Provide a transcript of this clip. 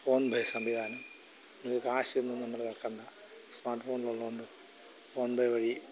PhonePe സംവിധാനം കാശൊന്നും നമ്മൾ ഇറക്കേണ്ട സ്മാർട്ട് ഫോൺ ഉള്ളതുകൊണ്ട് ഫോൺപേ വഴി